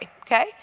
okay